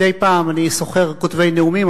מדי פעם אני שוכר כותבי נאומים.